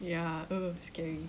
ya uh scary